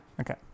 Okay